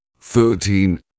thirteen